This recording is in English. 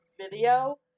video